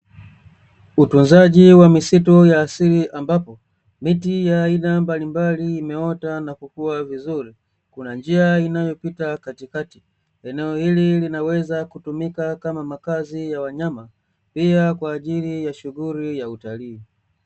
Utunzaji wa misitu ya asili ambapo miti ya aina mbalimbali imeota na kukua vizuri, kuna njia inayopita katikati. Eneo hili linaweza kutumika kama makazi ya wanyama pia kwa ajili ya shughuli ya utalii.